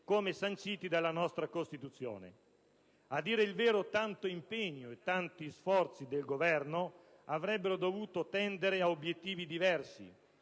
come sanciti dalla nostra Costituzione. A dire il vero, tanto impegno e tanti sforzi del Governo avrebbero dovuto tendere ad obiettivi diversi,